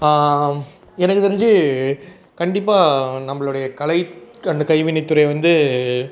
எனக்கு தெரிஞ்சு கண்டிப்பாக நம்மளுடைய கலை அண்டு கைவினைத்துறை வந்து